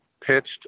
pitched